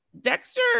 Dexter